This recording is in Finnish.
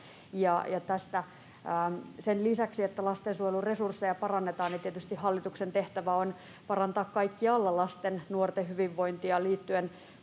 Sen lisäksi, että lastensuojelun resursseja parannetaan, tietysti hallituksen tehtävä on parantaa kaikkialla lasten, nuorten hyvinvointia liittyen